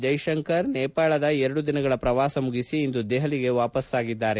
ಜೈಶಂಕರ್ ನೇಪಾಳದ ಎರಡು ದಿನಗಳ ಪ್ರವಾಸ ಮುಗಿಸಿ ಇಂದು ದೆಪಲಿಗೆ ವಾಪಾಸ್ ಆಗಿದ್ದಾರೆ